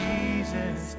Jesus